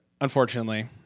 Unfortunately